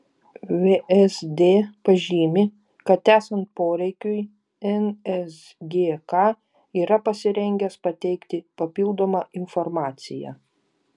vsd pažymi kad esant poreikiui nsgk yra pasirengęs pateikti papildomą informaciją